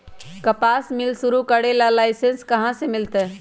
कपास मिल शुरू करे ला लाइसेन्स कहाँ से मिल तय